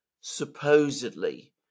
supposedly